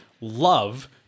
love